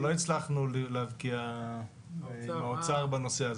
לא הצלחנו --- באוצר בנושא הזה.